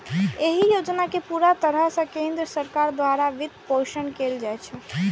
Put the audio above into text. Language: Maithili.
एहि योजना कें पूरा तरह सं केंद्र सरकार द्वारा वित्तपोषित कैल जाइ छै